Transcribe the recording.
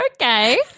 Okay